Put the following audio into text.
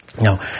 Now